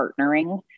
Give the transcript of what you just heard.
partnering